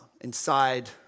inside